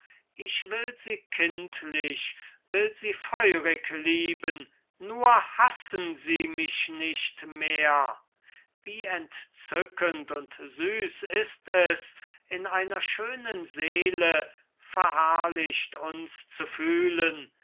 ich will sie kindlich will sie feurig lieben nur hassen sie mich nicht mehr wie entzückend und süß ist es in einer schönen seele verherrlicht uns zu fühlen